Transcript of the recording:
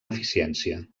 eficiència